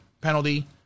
penalty